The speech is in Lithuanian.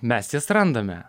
mes jas randame